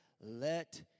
let